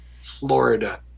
Florida